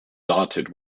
dotted